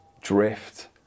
drift